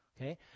Okay